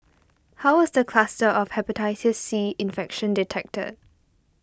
how was the cluster of Hepatitis C infection detected